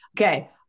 Okay